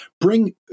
bring